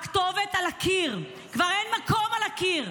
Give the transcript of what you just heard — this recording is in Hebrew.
הכתובת על הקיר, כבר אין מקום על הקיר,